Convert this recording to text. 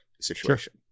situation